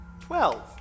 Twelve